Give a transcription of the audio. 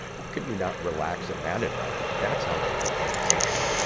how could you not relax in that environment? that sounds like vacation.